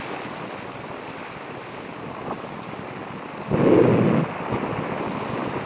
ᱦᱩᱸ ᱟᱪᱪᱷᱟ ᱟᱪᱪᱷᱟ ᱟᱪᱪᱷᱟ